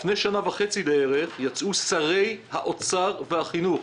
לפני שנה וחצי בערך יצאו שרי האוצר והחינוך,